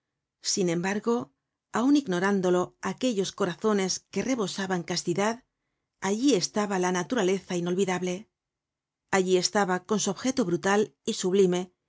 sin embargo aun ignorándolo aquellos corazones que rebosaban castidad allí estaba la naturaleza inolvidable allí estaba con su objeto brutal y sublime